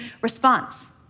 response